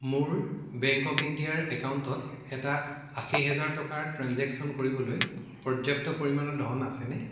মোৰ bank of ইণ্ডিয়াৰ একাউণ্টত এটা আশীহেজাৰ টকাৰ ট্ৰেঞ্জেকচন কৰিবলৈ পৰ্যাপ্ত পৰিমাণৰ ধন আছেনে